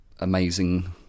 amazing